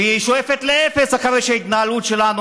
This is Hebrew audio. שהיא שואפת לאפס אחרי שהתגלתה ההתנהלות שלנו,